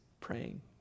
praying